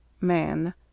Man